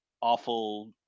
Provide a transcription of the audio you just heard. awful